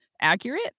accurate